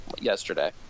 yesterday